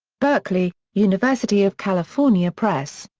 berkeley university of california press.